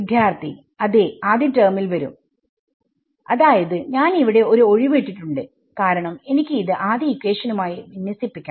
വിദ്യാർത്ഥി അതേ ആദ്യ ടെർമിൽ വരും അതായത് ഞാൻ ഇവിടെ ഒരു ഒഴിവ് ഇട്ടിട്ടുണ്ട് കാരണം എനിക്ക് ഇത് ആദ്യ ഇക്വേഷനുമായി വിന്യസിപ്പിക്കണം